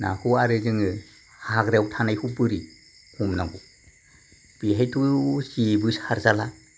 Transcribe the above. नाखौ आरो जोङो हाग्रायाव थानायखौ बोरै हमनांगौ बेहायथ' जेबो सारजाला